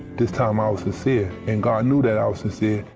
this time i was sincere. and god knew that i was sincere.